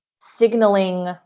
signaling